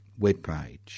webpage